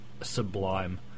sublime